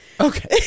Okay